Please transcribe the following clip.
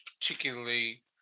particularly